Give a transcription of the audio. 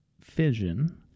fission